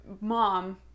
mom